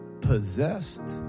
possessed